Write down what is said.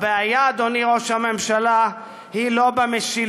הבעיה, אדוני ראש הממשלה, היא לא במשילות,